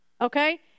Okay